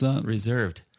reserved